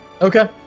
Okay